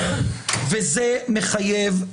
וזה מחייב,